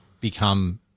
become